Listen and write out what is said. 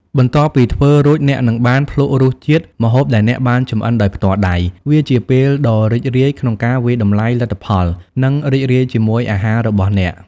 បន្ទាប់ពីធ្វើរួច អ្នកនឹងបាន ភ្លក្សរសជាតិ ម្ហូបដែលអ្នកបានចម្អិនដោយផ្ទាល់ដៃ វាជាពេលដ៏រីករាយក្នុងការវាយតម្លៃលទ្ធផល និងរីករាយជាមួយអាហាររបស់អ្នក ។